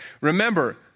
Remember